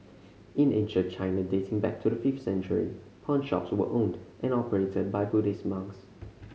in ancient China dating back to the fifth century pawnshops were owned and operated by Buddhist monks